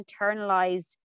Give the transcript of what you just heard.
internalized